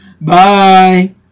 bye